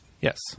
Yes